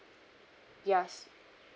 ya